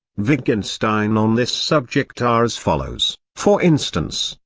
wittgenstein on this subject are as follows for instance,